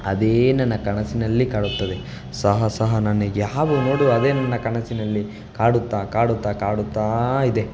ಅದೇ ನನ್ನ ಕನಸಿನಲ್ಲಿ ಕಾಡುತ್ತದೆ ಸಹ ಸಹ ನನಗೆ ಯಾವಾಗ ನೋಡು ಅದೇ ನನ್ನ ಕನಸಿನಲ್ಲಿ ಕಾಡುತ್ತಾ ಕಾಡುತ್ತಾ ಕಾಡುತ್ತಾ ಇದೆ